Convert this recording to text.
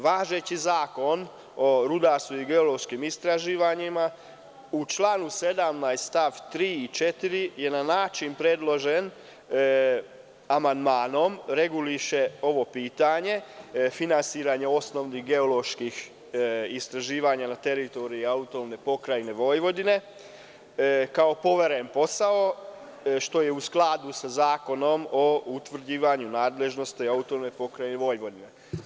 Važeći Zakon o rudarstvu i geološkim istraživanjima u članu 17. stav 3. i 4. je na način predložen amandmanom, reguliše pitanje, finansiranje osnovnih geoloških istraživanja na teritoriji AP Vojvodine, kao poveren posao, što je u skladu sa Zakonom o utvrđivanju nadležnosti AP Vojvodine.